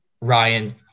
Ryan